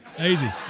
easy